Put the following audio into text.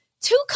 two